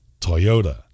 toyota